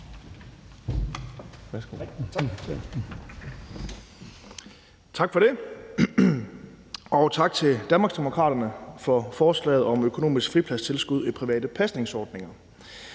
Tak for det. Og tak til Danmarksdemokraterne for forslaget om økonomisk fripladstilskud i private pasningsordninger.